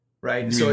Right